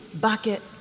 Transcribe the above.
bucket